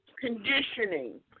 conditioning